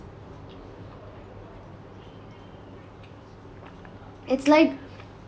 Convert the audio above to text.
it's like